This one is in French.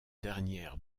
dernières